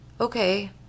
Okay